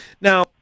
Now